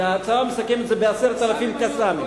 כי ההצעה המסכמת זה ב-10,000 "קסאמים"